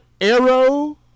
Arrow